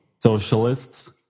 socialists